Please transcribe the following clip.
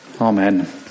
Amen